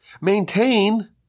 maintain